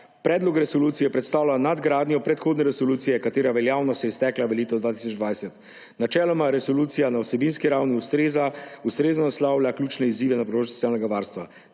Predlog resolucije predstavlja nadgradnjo predhodne resolucije, katere veljavnost se je iztekla v letu 2020. Načeloma resolucija na vsebinski ravni ustrezno naslavlja ključne izzive na področju socialnega varstva.